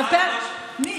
לא,